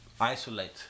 isolate